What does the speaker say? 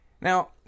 Now